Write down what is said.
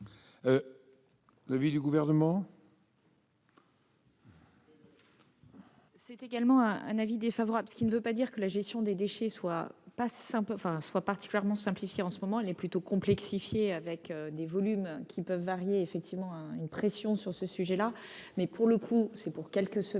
l'avis du Gouvernement ?